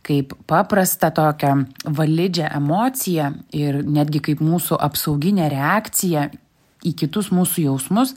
kaip paprastą tokią validžią emociją ir netgi kaip mūsų apsauginę reakciją į kitus mūsų jausmus